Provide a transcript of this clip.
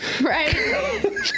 Right